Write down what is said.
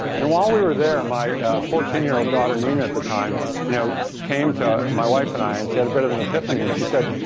and, while we were there my fourteen year old daughter, nina, at the time you know came to my wife and i and she had a bit of an epiphany and she said,